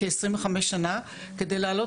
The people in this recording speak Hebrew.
אבל הדבר הזה חייב להיפתר.